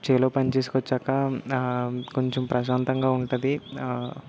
చేలో పని చేసుకొచ్చాక కొంచెం ప్రశాంతంగా ఉంటుంది